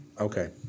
Okay